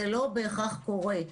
זה לא בהכרח קורה.